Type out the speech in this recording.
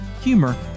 humor